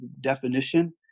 definition